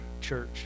church